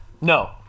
No